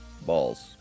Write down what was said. balls